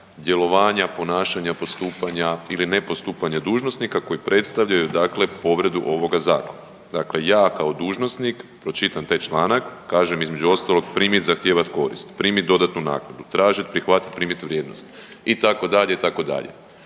djelovanja, ponašanja, postupanja ili ne postupanja dužnosnika koji predstavljaju dakle povredu ovoga zakona. Dakle, ja kao dužnosnik pročitam taj članak i kažem između ostalog primit i zahtijevat korist, primit dodatnu naknadu, tražit i prihvatit i primit vrijednost itd. itd., a za to je